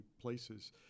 places